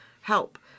help